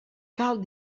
cal